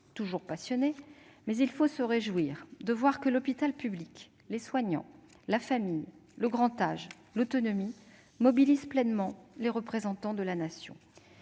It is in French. toujours passionnés, mais il faut nous réjouir de voir que l'hôpital public, les soignants, la famille, le grand âge et l'autonomie mobilisent pleinement les représentants de la Nation.